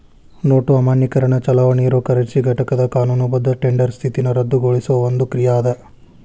note ಅಮಾನ್ಯೇಕರಣ ಚಲಾವಣಿ ಇರೊ ಕರೆನ್ಸಿ ಘಟಕದ್ ಕಾನೂನುಬದ್ಧ ಟೆಂಡರ್ ಸ್ಥಿತಿನ ರದ್ದುಗೊಳಿಸೊ ಒಂದ್ ಕ್ರಿಯಾ ಅದ